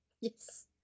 Yes